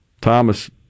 Thomas